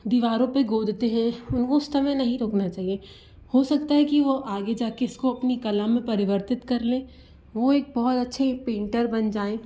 दीवारों पे गोदते हैं उस समय नहीं रोकना चाहिए हो सकता है कि वो आगे जाके इसको अपनी कला में परिवर्तित कर लें वो एक बहुत अच्छे पेंटर बन जाऍं